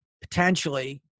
potentially